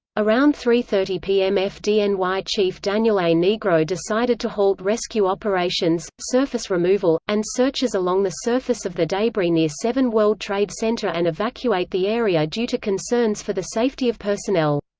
around three thirty pm ah fdny and chief daniel a. nigro decided to halt rescue operations, surface removal, and searches along the surface of the debris near seven world trade center and evacuate the area due to concerns for the safety of personnel.